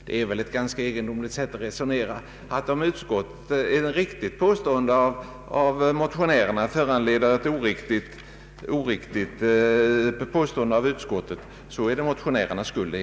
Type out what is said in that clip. Det är ett ganska egendomligt sätt att resonera, herr Jansson, att om ett riktigt påstående av motionärerna föranleder ett oriktigt påstående av utskottet, så är det motionärernas skuld.